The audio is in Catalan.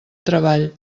treball